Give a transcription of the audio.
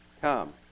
come